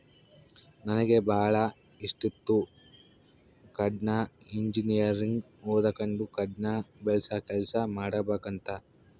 ನನಗೆ ಬಾಳ ಇಷ್ಟಿತ್ತು ಕಾಡ್ನ ಇಂಜಿನಿಯರಿಂಗ್ ಓದಕಂಡು ಕಾಡ್ನ ಬೆಳಸ ಕೆಲ್ಸ ಮಾಡಬಕಂತ